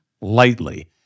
lightly